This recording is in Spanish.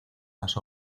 las